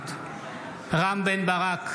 נוכחת רם בן ברק,